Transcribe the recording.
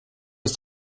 ist